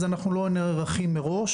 אנחנו לא נערכים מראש,